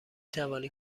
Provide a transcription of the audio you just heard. توانی